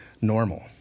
normal